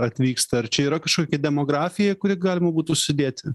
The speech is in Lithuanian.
atvyksta ar čia yra kažkokia demografija kuri galima būtų sudėti